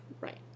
Right